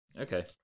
Okay